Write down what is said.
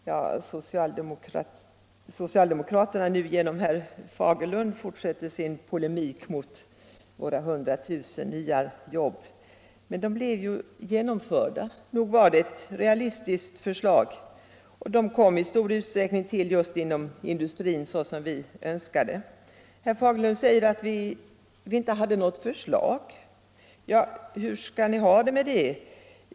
Herr talman! Socialdemokraterna fortsätter nu genom herr Fagerlund sin polemik mot vårt förslag om 100 000 nya jobb. Men den målsättningen har ju uppnåtts, så nog var det ett realistiskt förslag. Och de nya jobben kom i stor utsträckning till just inom industrin, som vi önskade. Herr Fagerlund säger att vi inte hade något förslag. Hur skall ni ha det nu?